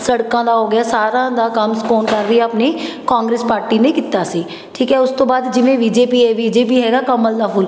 ਸੜਕਾਂ ਦਾ ਹੋ ਗਿਆ ਸਾਰਾ ਦਾ ਕੰਮ ਕੌਣ ਕਰ ਰਹੀ ਹੈ ਆਪਣੀ ਕਾਂਗਰਸ ਪਾਰਟੀ ਨੇ ਕੀਤਾ ਸੀ ਠੀਕ ਹੈ ਉਸ ਤੋਂ ਬਾਅਦ ਜਿਵੇਂ ਬੀ ਜੇ ਪੀ ਹੈ ਬੀ ਜੇ ਪੀ ਦਾ ਹੈਗਾ ਕਮਲ ਦਾ ਫੁੱਲ